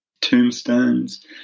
tombstones